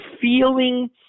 feeling